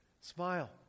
Smile